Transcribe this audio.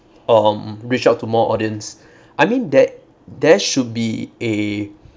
um reach out to more audience I mean there there should be a